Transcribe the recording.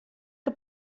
que